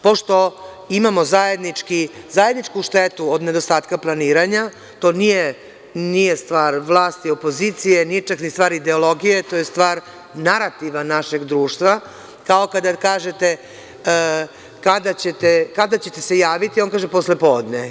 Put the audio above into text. Pošto imamo zajedničku štetu od nedostatka planiranja, to nije stvar vlasti, ni opozicije, nije čak ni stvar ideologije, to je stvar narativa našeg društva, kao kada kažete – kada ćete se javiti, on kaže – posle podne.